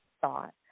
thought